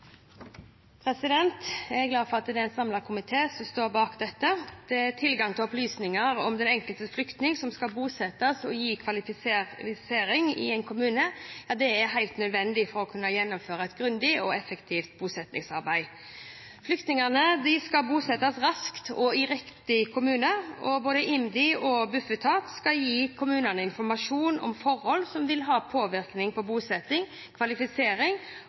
en samlet komité som står bak dette. Tilgang til opplysninger om den enkelte flyktning som skal bosettes og gis kvalifisering i en kommune, er helt nødvendig for å kunne gjennomføre et grundig og effektivt bosettingsarbeid. Flyktningene skal bosettes raskt og i riktig kommune, og både IMDi og Bufetat skal gi kommunene informasjon om forhold som vil ha påvirkning på bosetting, kvalifisering